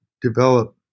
develop